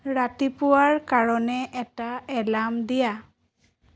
ৰাতিপুৱাৰ কাৰণে এটা এৰ্লাম দিয়া